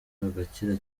agakira